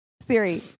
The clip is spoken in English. Siri